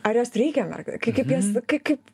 ar jas reikia mer kaip kaip jas kai kaip